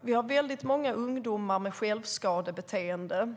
Vi har många ungdomar med självskadebeteenden.